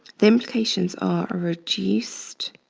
the implications are a reduced